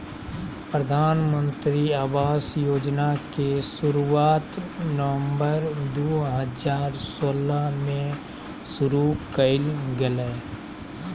प्रधानमंत्री आवास योजना के शुरुआत नवम्बर दू हजार सोलह में शुरु कइल गेलय